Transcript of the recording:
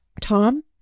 Tom